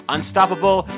Unstoppable